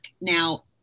Now